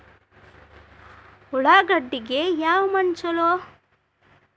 ಉಳ್ಳಾಗಡ್ಡಿಗೆ ಯಾವ ಮಣ್ಣು ಛಲೋ?